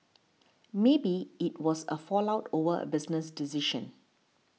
maybe it was a fallout over a business decision